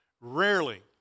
rarely